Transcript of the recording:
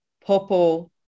Popo